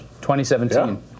2017